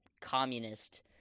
communist